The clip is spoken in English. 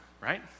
right